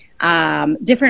different